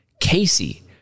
Casey